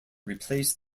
replaced